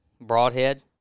broadhead